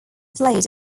played